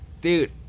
dude